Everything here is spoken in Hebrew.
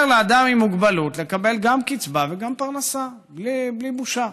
לאדם עם מוגבלות לקבל גם קצבה וגם פרנסה בלי בושה.